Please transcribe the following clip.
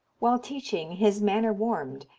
while teaching, his manner warmed,